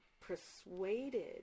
persuaded